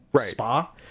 spa